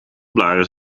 blaren